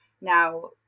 Now